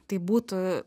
tai būtų